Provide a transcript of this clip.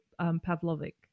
Pavlovic